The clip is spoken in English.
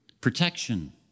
protection